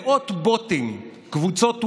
מאות בוטים, קבוצות ווטסאפ,